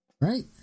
Right